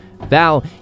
Val